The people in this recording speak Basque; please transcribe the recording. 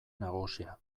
nagusia